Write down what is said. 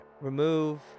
Remove